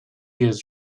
has